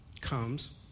comes